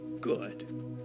good